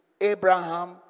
abraham